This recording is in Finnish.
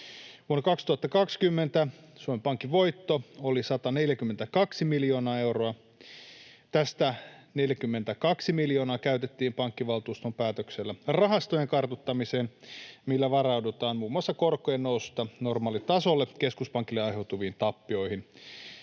Vuonna 2020 Suomen Pankin voitto oli 142 miljoonaa euroa. Tästä 42 miljoonaa euroa käytettiin pankkivaltuuston päätöksellä rahastojen kartuttamiseen, millä varaudutaan muun muassa keskuspankille korkojen noususta normaalitasolle aiheutuviin tappioihin.